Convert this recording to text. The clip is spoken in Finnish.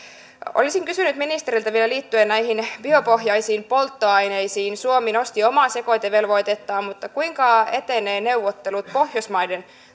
olisin kysynyt ministeriltä vielä liittyen näihin biopohjaisiin polttoaineisiin suomi nosti omaa sekoitevelvoitettaan mutta kuinka etenevät neuvottelut pohjoismaiden